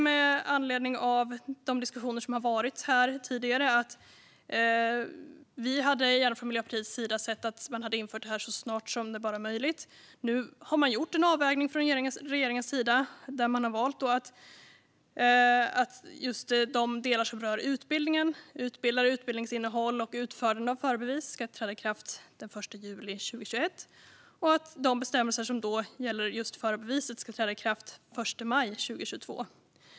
Med anledning av de diskussioner som har varit här tidigare kan jag konstatera att vi från Miljöpartiets sida gärna hade sett att man hade infört detta så snart som möjligt. Nu har man gjort en avvägning från regeringens sida. Man har valt att just de delar som rör utbildningen, utbildare, utbildningsinnehåll och utfärdande av förarbevis ska träda i kraft den 1 juli 2021 och att de bestämmelser som gäller just förarbeviset ska träda i kraft den 1 maj 2022.